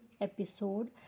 episode